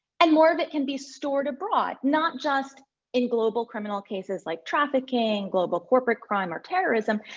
and more of it can be stored abroad. not just in global criminal cases like trafficking, global corporate crime, or terrorism,